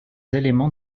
éléments